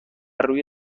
روی